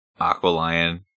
Aqualion